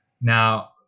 Now